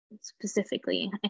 specifically